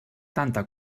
tanta